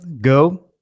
Go